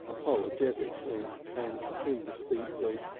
apologetically and indistinctly.